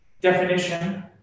definition